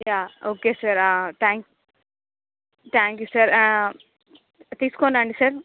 yeah okay sir thank you thank you sir తీసుకొని రండి sir